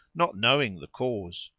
not knowing the cause.